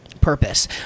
purpose